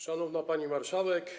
Szanowna Pani Marszałek!